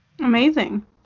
Amazing